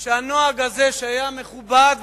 שהנוהג הזה שהיה מכובד,